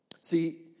See